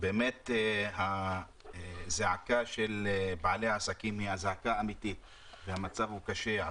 באמת הזעקה של בעלי העסקים היא זעקה אמתית והמצב הוא קשה.